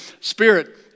Spirit